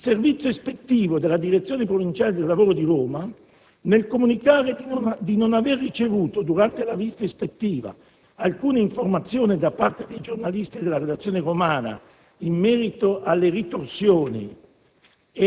Il servizio ispettivo della Direzione provinciale del lavoro di Roma, nel comunicare di non aver ricevuto, durante la visita ispettiva, alcuna informazione da parte dei giornalisti della redazione romana in merito alle ritorsioni